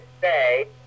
say